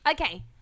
Okay